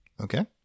okay